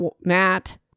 Matt